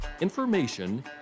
information